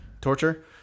torture